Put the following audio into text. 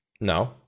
no